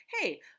Hey